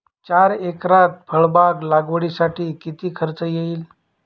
चार एकरात फळबाग लागवडीसाठी किती खर्च येईल?